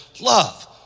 love